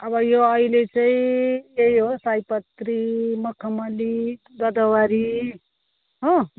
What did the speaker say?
अब यो अहिले चाहिँ त्यही हो सयपत्री मखमली गोदावरी हो